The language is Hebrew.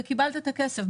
קיבלת את הכסף,